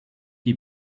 die